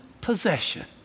possession